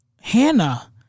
Hannah